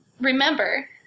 remember